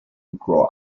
grow